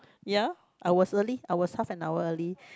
ya I was early I was half an hour early